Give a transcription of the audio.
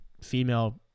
female